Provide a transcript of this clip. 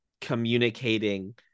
communicating